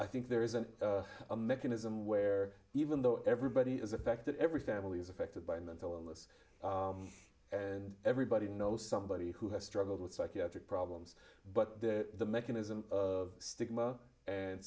i think there isn't a mechanism where even though everybody is affected every family is affected by mental illness and everybody knows somebody who has struggled with psychiatric problems but the mechanism of stigma